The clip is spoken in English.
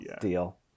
deal